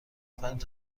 پنج